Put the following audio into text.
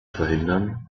verhindern